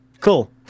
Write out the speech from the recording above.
Cool